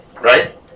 Right